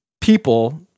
people